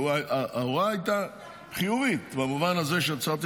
ההוראה הייתה חיובית במובן הזה שצריך